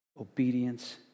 obedience